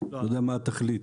לא יודע מה התכלית.